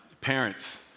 parents